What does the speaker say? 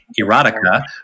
Erotica